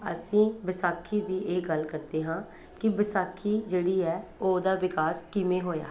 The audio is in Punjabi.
ਅਸੀਂ ਵਿਸਾਖੀ ਦੀ ਇਹ ਗੱਲ ਕਰਦੇ ਹਾਂ ਕਿ ਵਿਸਾਖੀ ਜਿਹੜੀ ਹੈ ਉਹਦਾ ਵਿਕਾਸ ਕਿਵੇਂ ਹੋਇਆ